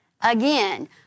Again